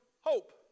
hope